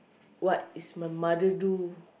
what is my mother do